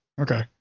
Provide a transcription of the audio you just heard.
okay